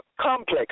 complex